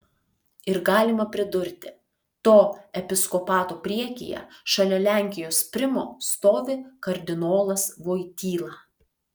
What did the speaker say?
ir galima pridurti to episkopato priekyje šalia lenkijos primo stovi kardinolas voityla